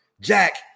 Jack